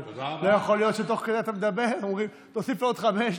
אבל לא יכול להיות שתוך כדי שאתה מדבר אומרים: תוסיפו עוד חמש,